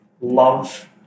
love